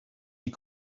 die